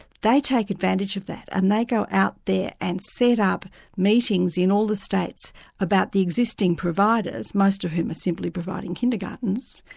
they take advantage of that, and they go out there and set up meetings in all the states about the existing providers, most of whom are simply providing kindergartens,